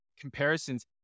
comparisons